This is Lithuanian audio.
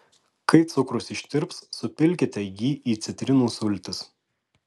kai cukrus ištirps supilkite jį į citrinų sultis